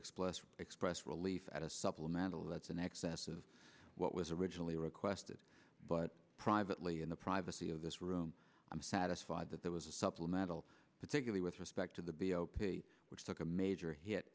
explore express relief at a supplemental that's an excess of what was originally requested but privately in the privacy of this room i'm satisfied that there was a supplemental particularly with respect to the which took a major